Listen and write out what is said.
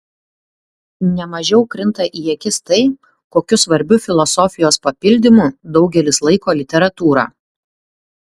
ne mažiau krinta į akis tai kokiu svarbiu filosofijos papildymu daugelis laiko literatūrą